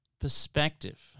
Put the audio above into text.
perspective